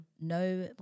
No